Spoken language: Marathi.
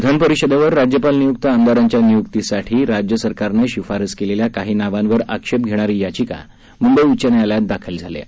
विधान परिषदेवर राज्यपाल नियुक्त आमदारांच्या नियुक्तीसाठी राज्य सरकारनं शिफारस केलेल्या काही नावांवर आक्षेप घेणारी याचिका मुंबई उच्च न्यायालयात दाखल झाली आहे